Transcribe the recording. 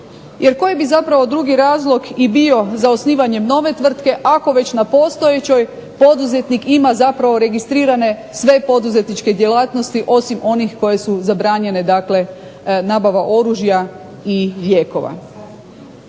zapravo drugi razlog i bio za osnivanjem nove tvrtke ako već na postojećoj poduzetnik ima zapravo registrirane sve poduzetničke djelatnosti osim onih koje su zabranjene, dakle nabava oružja i lijekova.